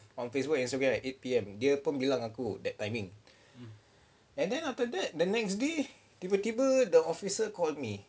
on Facebook and Instagram at eight P_M dia pun bilang aku that timing and then after that the next day tiba-tiba the officer called me